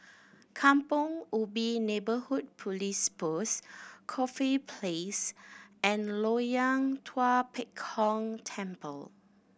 Kampong Ubi Neighbourhood Police Post Corfe Place and Loyang Tua Pek Kong Temple